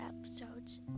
episodes